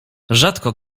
rzadko